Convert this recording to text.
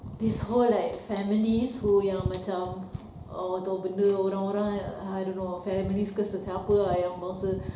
this whole like family who yang macam oh tahu benda orang orang I don't know family ke sesiapa ah yang rasa